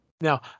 Now